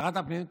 שרת הפנים,